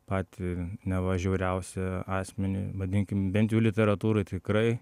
patį neva žiauriausią asmenį vadinkim bent jau literatūroj tikrai